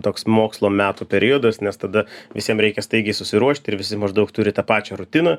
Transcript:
toks mokslo metų periodas nes tada visiem reikia staigiai susiruošt ir visi maždaug turi tą pačią rutiną